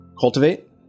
cultivate